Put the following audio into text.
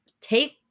take